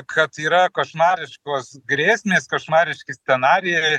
kad yra košmariškos grėsmės košmariški scenarijai